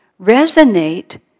resonate